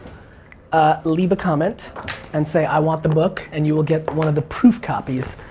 ah leave a comment and say i want the book and you will get one of the proof copies.